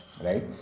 right